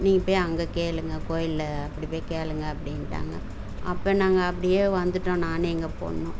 நீங்கள் போய் அங்கே கேளுங்கள் கோயிலில் அப்படி போய் கேளுங்கள் அப்படின்டாங்க அப்போ நாங்கள் அப்படியே வந்துட்டோம் நானும் எங்கள் பொண்ணும்